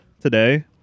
today